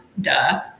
duh